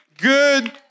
good